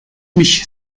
mich